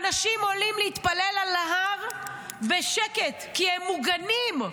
אנשים עולים להתפלל על ההר בשקט, כי הם מוגנים.